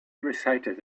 recited